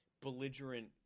belligerent